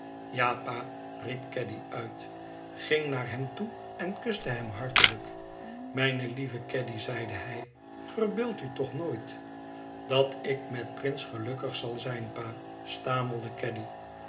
pa riep caddy uit ging naar hem toe en kuste hem hartelijk mijne lieve caddy zeide hij verbeeld u toch nooit dat ik met prince gelukkig zal zijn pa stamelde caddy